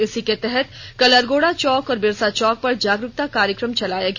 इसी के तहत कल अरगोड़ा चौक और बिरसा चौक पर जागरूकता कार्यक्रम चलाया गया